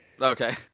Okay